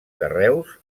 carreus